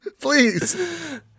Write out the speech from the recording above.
Please